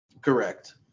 Correct